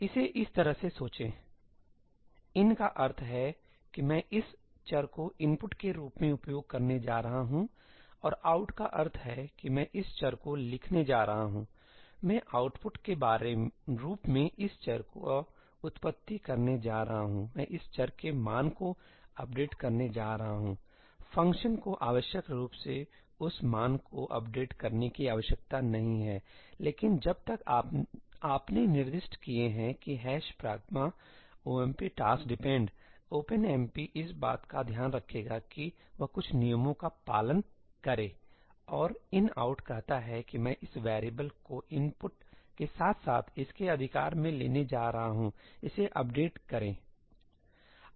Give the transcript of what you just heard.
इसे इस तरह से सोचें ठीक 'in का अर्थ है कि मैं इस चर को इनपुट के रूप में उपयोग करने जा रहा हूं और out का अर्थ है कि मैं इस चर को लिखने जा रहा हूंमैं आउटपुट के रूप में इस चर का उत्पत्ति करने जा रहा हूं मैं इस चर के मान को अपडेट करने जा रहा हूं फ़ंक्शन को आवश्यक रूप से उस मान को अपडेट करने की आवश्यकता नहीं है लेकिन जब तक आपने निर्दिष्ट किए है कि ' pragma omp task depend'ओपनएमपी इस बात का ध्यान रखेगा कि वह कुछ नियमों का पालन करे और 'inout' कहता है कि मैं इस वैरिएबल को इनपुट के साथ साथ इसके अधिकार में लेने जा रहा हूं इसे अपडेट करें